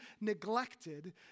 neglected